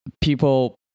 people